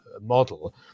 model